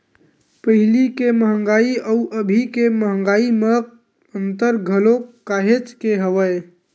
पहिली के मंहगाई अउ अभी के मंहगाई म अंतर घलो काहेच के हवय